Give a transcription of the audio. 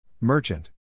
Merchant